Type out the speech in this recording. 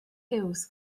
hughes